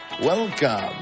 welcome